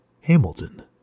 Hamilton